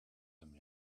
them